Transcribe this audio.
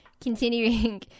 Continuing